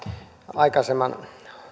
aikaisemman